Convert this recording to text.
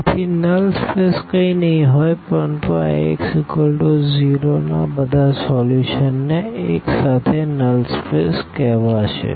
તેથી null space કંઈ નહીં હોય પરંતુ આ Ax0 ના બધા સોલ્યુશન ને એક સાથે નલ સ્પેસ કહેવાશે